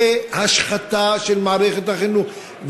זה השחתה של מערכת החינוך.